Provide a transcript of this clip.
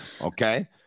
Okay